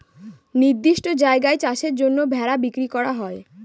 নির্দিষ্ট জায়গায় চাষের জন্য ভেড়া বিক্রি করা হয়